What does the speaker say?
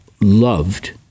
loved